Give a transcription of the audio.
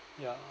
ya